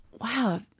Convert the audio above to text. wow